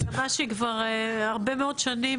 כבר הרבה מאוד שנים